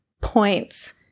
points